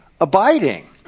abiding